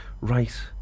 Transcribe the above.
right